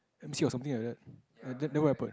M_C or something like that then then what happen